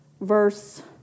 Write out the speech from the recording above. verse